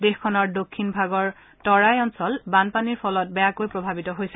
দেশখনৰ দক্ষিণ ভাগৰ তাৰাই অঞ্চল বানপানীৰ ফলত বেয়াকৈ প্ৰভাৱিত হৈছে